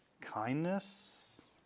Kindness